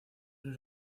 sus